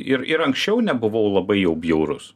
ir ir anksčiau nebuvau labai jau bjaurus